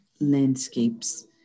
landscapes